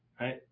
right